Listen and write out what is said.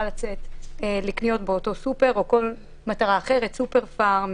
לצאת לקניות באותו סופר או לכל מטרה אחרת סופר-פארם,